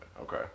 Okay